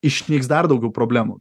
išnyks dar daugiau problemų